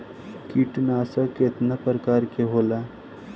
कीटनाशक केतना प्रकार के होला?